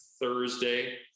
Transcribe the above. Thursday